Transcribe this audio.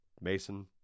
Mason